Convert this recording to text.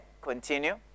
Continue